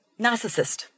narcissist